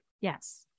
Yes